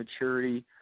maturity